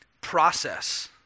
process